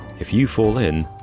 if you fall in,